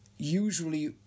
Usually